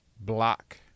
block